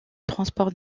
transport